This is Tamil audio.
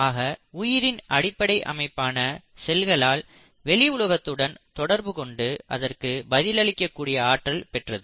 ஆக உயிரின் அடிப்படை அமைப்பான செல்களால் வெளி உலகத்துடன் தொடர்பு கொண்டு அதற்கு பதில் அளிக்க கூடிய ஆற்றல் பெற்றது